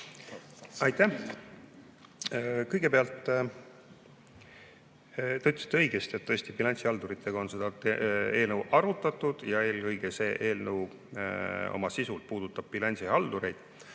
Aitäh! Kõigepealt, te ütlesite õigesti, et tõesti bilansihalduritega on seda eelnõu arutatud ja see eelnõu eelkõige oma sisult puudutab bilansihaldureid.